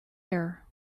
air